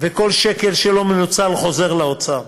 וכל שקל שלא מנוצל חוזר לאוצר.